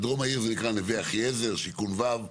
בדרום העיר זה נקרא נווה אחיעזר, שיכון ו',